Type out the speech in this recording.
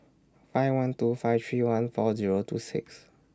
five one two five three one four Zero two six